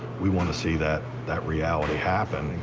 we want to see that, that reality happen.